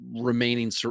remaining